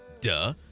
Duh